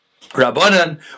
Rabbanan